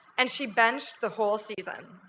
and she benched the whole season.